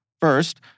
First